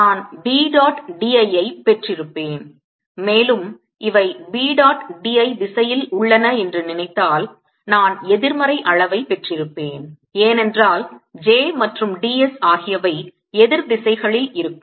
நான் B dot dl ஐப் பெற்றிருப்பேன் மேலும் இவை B dot dl திசையில் உள்ளன என்று நினைத்தால் நான் எதிர்மறை அளவை பெற்றிருப்பேன் ஏனென்றால் j மற்றும் ds ஆகியவை எதிர் திசைகளில் இருக்கும்